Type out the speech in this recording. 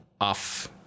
off